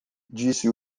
disse